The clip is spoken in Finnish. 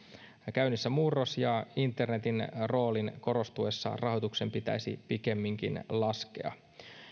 käynnissä murros ja internetin roolin korostuessa rahoituksen pitäisi pikemminkin laskea